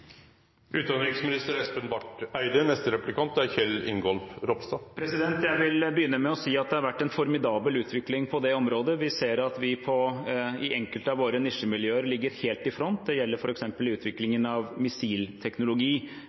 Jeg vil begynne med å si at det har vært en formidabel utvikling på dette området. Vi ser at enkelte av våre nisjemiljøer ligger helt i front. Det gjelder f.eks. utviklingen av missilteknologi,